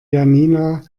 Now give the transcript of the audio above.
janina